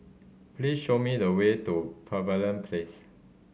please show me the way to Pavilion Place